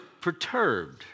perturbed